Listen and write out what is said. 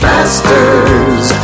Masters